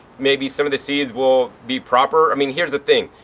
maybe some of the seeds will be proper. i mean, here's the thing.